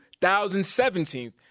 2017